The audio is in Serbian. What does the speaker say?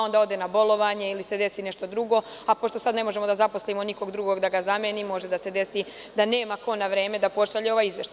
Onda on ode na bolovanje, ili se desi nešto drugo, a pošto sada ne možemo da zaposlimo nikog drugog da ga zameni, može da se desi da nema ko na vreme da pošalje ovaj izveštaj.